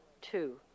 two